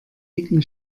dicken